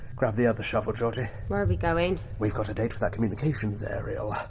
grab the other shovel, georgie. where are we going? we've got a date with that communications aerial.